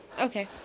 Okay